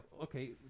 okay